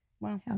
Wow